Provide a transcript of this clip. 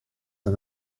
and